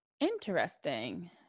Interesting